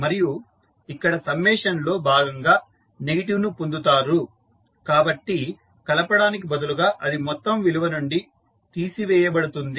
మరియు ఇక్కడ సమ్మేషన్ లో భాగంగా నెగటివ్ ను పొందుతారు కాబట్టి కలపడానికి బదులుగా అది మొత్తం విలువ నుండి తీసివేయబడుతుంది